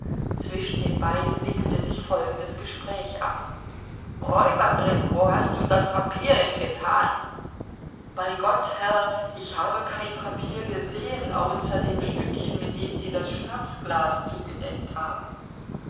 zwischen den beiden wickelte sich folgendes gespräch ab räuberin wo hast du das papier hingetan bei gott herr ich habe kein papier gesehen außer dem stückchen mit dem sie das schnapsglas zugedeckt haben